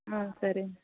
ಹಾಂ ಸರಿ